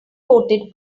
coated